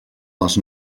les